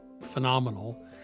phenomenal